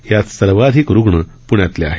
यात सर्वाधिक रुग्ण पण्यातले आहेत